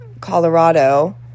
Colorado